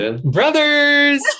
brothers